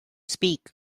speak